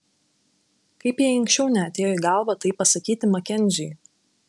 kaip jai anksčiau neatėjo į galvą tai pasakyti makenziui